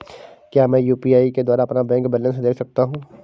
क्या मैं यू.पी.आई के द्वारा अपना बैंक बैलेंस देख सकता हूँ?